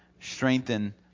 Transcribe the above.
strengthen